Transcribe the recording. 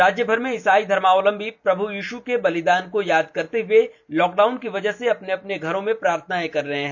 राज्य भर में ईसाई धर्मावलंबी प्रभु यीषु के बलिदान को याद करते हुए लॉकडाउन की वजह से अपने अपने घरों में प्रार्थना कर रहे हैं